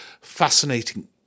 fascinating